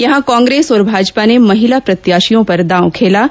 यहां कांग्रेस और भाजपा ने महिला प्रत्याशियों पर दाव खेला है